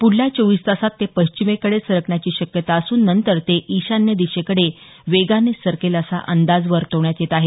पुढल्या चोवीस तासांत ते पश्चिमेकडे सरकण्याची शक्यता असून नंतर ते ईशान्य दिशेकडे वेगानं सरकेल असा अंदाज वर्तवण्यात येत आहे